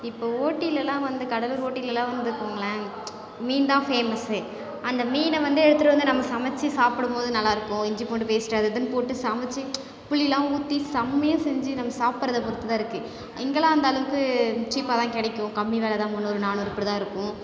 இப்போ ஊட்டிலெலாம் வந்து கடலூர் ஊட்டிலெலாம் வந்துக்கோங்களேன் மீன் தான் ஃபேமஸ்ஸு அந்த மீனை வந்து எடுத்துட்டு வந்து நம்ம சமைச்சி சாப்பிடும்போது நல்லாயிருக்கும் இஞ்சி பூண்டு பேஸ்ட் அது இதுன்னு போட்டு சமைத்து புளிலாம் ஊற்றி செம்மையாக செஞ்சு நம்ம சாப்பிட்றத பொறுத்து தான் இருக்குது இங்கேல்லாம் அந்த அளவுக்கு சீப்பாக தான் கிடைக்கும் கம்மி வில தான் முந்நூறு நானூறு இப்படிதான் இருக்கும்